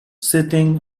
sitting